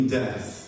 death